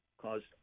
Caused